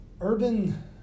Urban